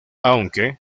aunque